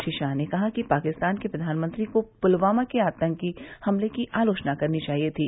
श्री शाह ने कहा कि पाकिस्तान के प्रधानमंत्री को पुलवामा के आतंकी हमले की आलोचना करनी चाहिए थी